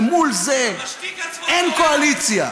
ומול זה, המשתיק עצמו, אין קואליציה.